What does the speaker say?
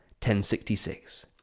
1066